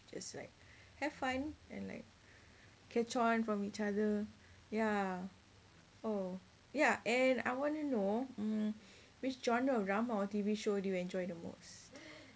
you just like have fun and like catch on from each other ya oh ya and I want to know mm which genre of drama or T_V show do you enjoy the most